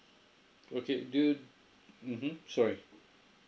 okay do you mmhmm sorry